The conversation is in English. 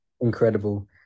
incredible